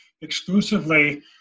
exclusively